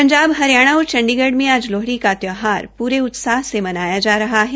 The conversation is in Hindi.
पंजाब हरियाणा और चंडीगढ़ में आज लोहड़ी का त्यौहार पूरे उत्साह के साथ मनाया जा रहा है